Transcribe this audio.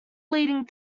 leading